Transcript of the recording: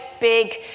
big